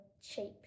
shape